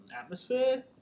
atmosphere